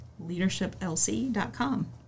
leadershiplc.com